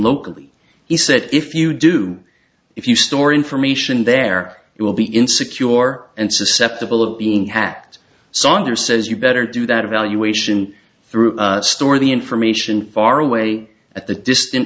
locally he said if you do if you store information there it will be in secure and susceptible of being hacked saunders says you better do that evaluation through store the information far away at the distant